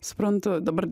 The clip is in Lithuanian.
suprantu dabar